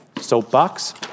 soapbox